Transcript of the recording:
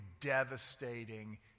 devastating